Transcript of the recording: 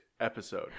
episode